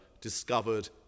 discovered